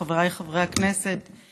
חבריי חברי הכנסת,